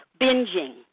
binging